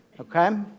okay